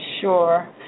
Sure